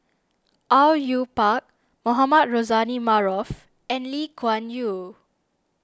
Au Yue Pak Mohamed Rozani Maarof and Lee Kuan Yew